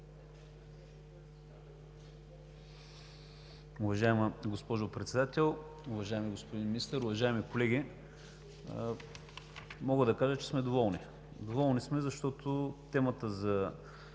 Уважаема госпожо Председател, уважаеми господин Министър, уважаеми колеги! Мога да кажа, че сме доволни. Доволни сме, защото по темата за